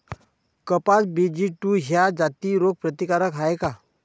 कपास B G two जाती रोग प्रतिकारक हाये का?